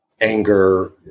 anger